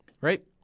right